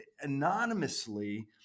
anonymously